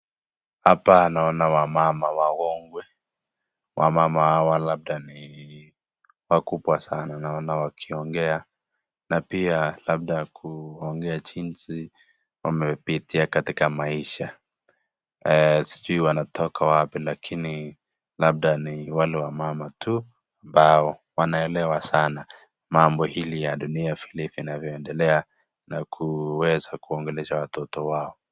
Hapa naona wamama wakongwe ,wamama hawa labda ni wakubwa Sana naona wakiongea na pia labda kuongea jinsi wamepitia katikati maisha, sijui wanatoka wapi lakini labda ni wale wamama tu ambao wanaelewa sana mambo hili ya dunia vile vinavyo endelea na kuweza kuongelesha watoto wao.